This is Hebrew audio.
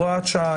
(הוראת שעה),